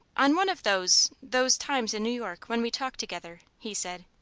on one of those those times in new york when we talked together, he said,